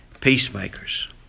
Peacemakers